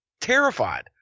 terrified